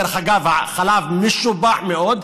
דרך אגב, החלב משובח מאוד.